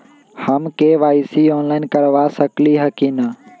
हम KYC online करवा सकली ह कि न?